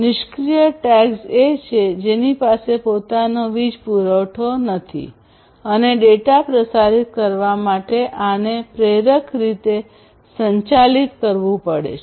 નિષ્ક્રીય ટેગ્સ એ છે જેની પાસે પોતાનો વીજ પુરવઠો નથી અને ડેટા પ્રસારિત કરવા માટે આને પ્રેરક રીતે સંચાલિત કરવું પડશે